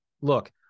Look